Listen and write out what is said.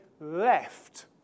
left